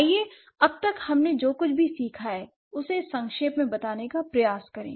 आइए अब तक हमने जो कुछ भी सीखा है उसे संक्षेप में बताने का प्रयास करें